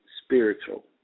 spiritual